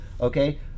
okay